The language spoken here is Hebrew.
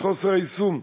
את חוסר היישום?